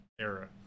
era